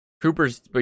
Cooper's